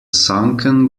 sunken